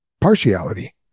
partiality